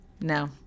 no